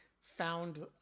found